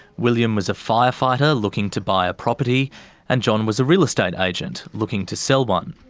william was a firefighter looking to buy a property and john was a real estate agent looking to sell one.